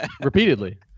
Repeatedly